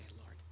Lord